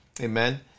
Amen